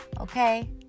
okay